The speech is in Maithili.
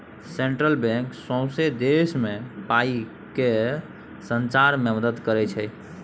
सेंट्रल बैंक सौंसे देश मे पाइ केँ सचार मे मदत करय छै